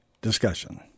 Discussion